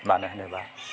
मानो होनोबा